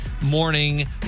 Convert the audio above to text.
morning